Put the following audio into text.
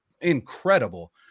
incredible